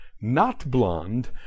not-blonde